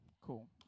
Cool